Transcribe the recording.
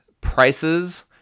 Prices